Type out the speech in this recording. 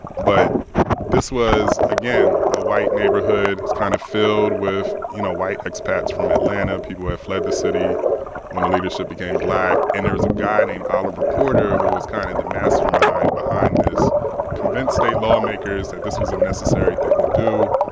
but this was, again, a white neighborhood kind of filled with, you know, white expats from atlanta, people who had fled the city when the leadership became black and there was a guy named oliver porter who was kind of the mastermind behind this convinced state lawmakers that this was a necessary thing to do.